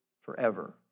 forever